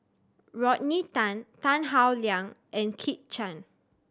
Rodney Tan Tan Howe Liang and Kit Chan